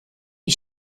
wie